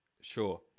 Sure